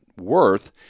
worth